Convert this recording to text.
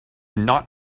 not